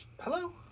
hello